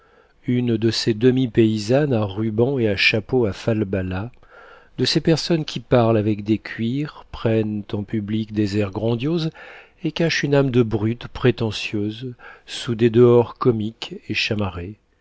une de ces demi paysannes à rubans et à chapeaux falbalas de ces personnes qui parlent avec des cuirs prennent en public des airs grandioses et cachent une âme de brute prétentieuse sous des dehors comiques et chamarrés